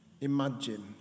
Imagine